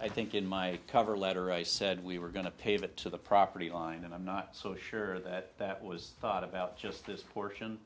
i think in my cover letter i said we were going to pave it to the property line and i'm not so sure that that was thought about just this portion